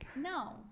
No